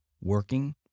working